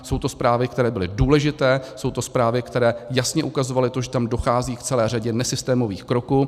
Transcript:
Jsou to zprávy, které byly důležité, jsou to zprávy, které jasně ukazovaly to, že tam dochází k celé řadě nesystémových kroků.